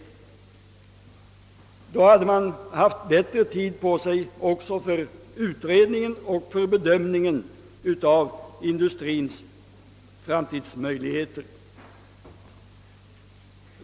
Med en sådan skulle man också ha bättre tid på sig för utredningen och för bedömningen av industriens framtidsmöjligheter.